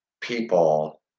people